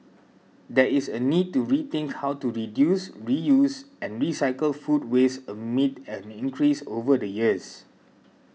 there is a need to rethink how to reduce reuse and recycle food waste amid an increase over the years